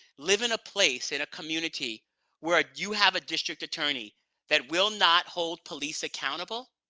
live in a place, in a community where ah you have a district attorney that will not hold police accountable,